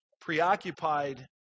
Preoccupied